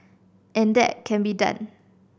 and that can be done